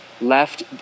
left